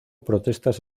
protestas